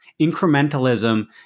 incrementalism